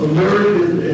American